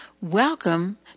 Welcome